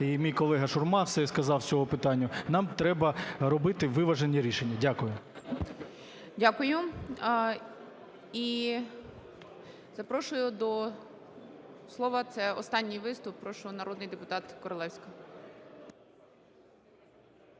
І мій колега Шурма все сказав з цього питання. Нам треба робити виважені рішення. Дякую. ГОЛОВУЮЧИЙ. Дякую. І запрошую до слова, це останній виступ, прошу, народний депутат Королевська.